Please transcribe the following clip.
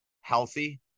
healthy